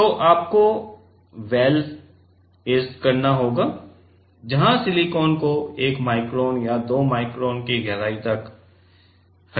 तो आपको well etched करना होगा जहां सिलिकॉन को 1 माइक्रोन या 2 माइक्रोन की गहराई तक हटा दिया गया है